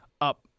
up